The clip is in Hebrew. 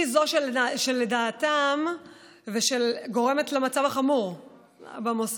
היא זו שלדעתם גורמת למצב החמור במוסדות.